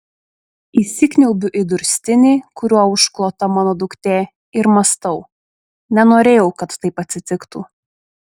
įsikniaubiu į durstinį kuriuo užklota mano duktė ir mąstau nenorėjau kad taip atsitiktų